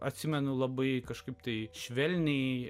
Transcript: atsimenu labai kažkaip tai švelniai